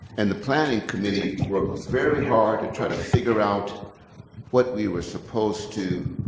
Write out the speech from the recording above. and the planning committee worked very hard to try to figure out what we were supposed to